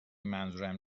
منظورم